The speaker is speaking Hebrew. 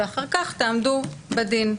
ואחר כך תעמדו בדין.